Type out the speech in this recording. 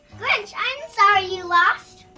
grinch, i'm sorry you lost.